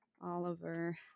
Oliver